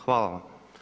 Hvala vam.